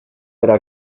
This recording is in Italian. era